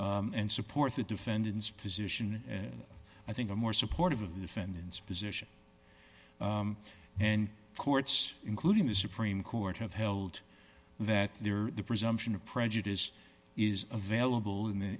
best and support the defendants position and i think a more supportive of the defendants position and courts including the supreme court have held that there are the presumption of prejudice is available in the